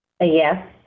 Yes